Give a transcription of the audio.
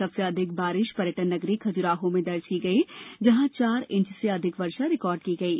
सबसे अधिक बारिश पर्यटन नगरी खजुराहो में दर्ज की गयी जहां चार इंच से अधिक वर्षा रिकार्ड की गयी